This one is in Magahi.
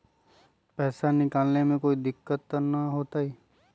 पैसा निकाले में कोई दिक्कत त न होतई?